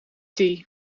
tea